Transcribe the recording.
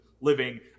living